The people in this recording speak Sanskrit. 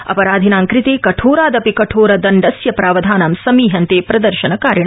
अपराधिनां कृते कठोरादपि कठोरदण्डस्य प्रावधानं समीहन्ते प्रदर्शनकारिण